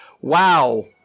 wow